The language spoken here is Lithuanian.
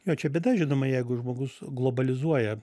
jo čia bėda žinoma jeigu žmogus globalizuoja